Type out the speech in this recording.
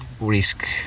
risk